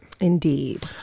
indeed